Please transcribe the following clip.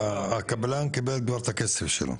הקבלן קיבל כבר את הכסף שלו,